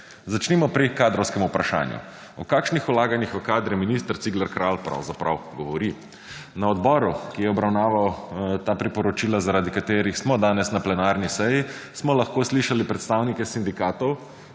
Začnimo pri kadrovskem vprašanju. O kakšnih vlaganjih v kadre minister Cigler Kralj Pravzaprav govori? Na odboru, ki je obravnaval ta priporočila zaradi katerih smo danes na plenarni seji, smo lahko slišali predstavnike sindikatov